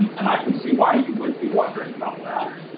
and i can see why you would be wondering about that.